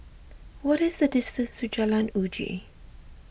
what is the distance to Jalan Uji